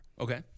Okay